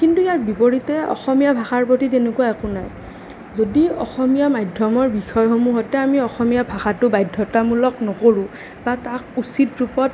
কিন্তু ইয়াৰ বিপৰীতে অসমীয়া ভাষাৰ প্ৰতি তেনেকুৱা একো নাই যদি অসমীয়া মাধ্যমৰ বিষয়সমূহতে আমি অসমীয়া ভাষাটো বাধ্যতামূলক নকৰোঁ বা তাক উচিত ৰূপত